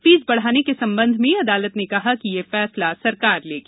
fees बढ़ाने के संबंध में अदालत ने कहा कि यह फैसला सरकार लेगी